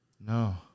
No